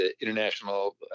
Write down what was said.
international